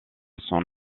son